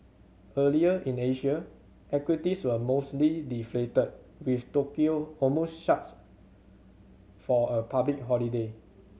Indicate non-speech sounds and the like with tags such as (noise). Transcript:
earlier in Asia equities were mostly deflated with Tokyo (unintelligible) shut for a public holiday